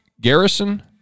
Garrison